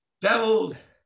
Devils